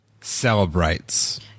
Celebrates